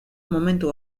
momentu